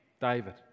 David